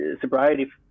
sobriety